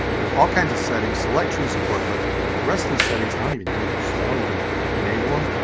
there's all kinds of settings. select tree support. but the rest of these settings i don't even use. so i don't even enable them.